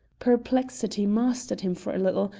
perplexity mastered him for a little,